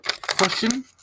question